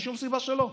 אין שום סיבה שלא.